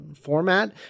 format